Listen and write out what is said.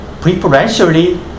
preferentially